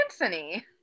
anthony